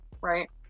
right